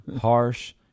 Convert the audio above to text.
harsh